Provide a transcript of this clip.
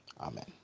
Amen